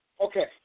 Okay